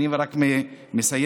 אני רק מי מסיים,